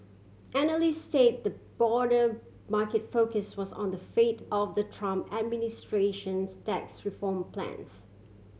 analysts say the broader market focus was on the fate of the Trump administration's tax reform plans